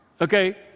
Okay